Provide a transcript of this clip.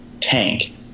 tank